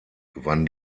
gewann